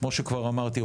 כמו שכבר אמרתי,